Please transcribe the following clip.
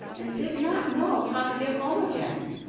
and did not know how to get home again.